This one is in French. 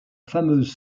fameuse